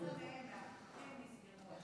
13 מהם,